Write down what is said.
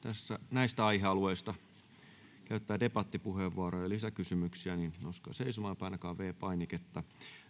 näistä aihealueista käyttää debattipuheenvuoroja ja lisäkysymyksiä nouskaa seisomaan ja painakaa viides painiketta